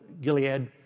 Gilead